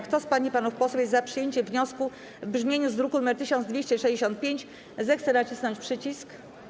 Kto z pań i panów posłów jest za przyjęciem wniosku w brzmieniu z druku nr 1265, zechce nacisnąć przycisk.